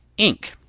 ink,